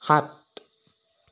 সাত